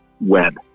Web